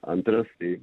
antras tai